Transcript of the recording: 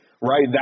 Right